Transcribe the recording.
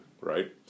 right